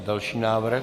Další návrh.